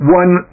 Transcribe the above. one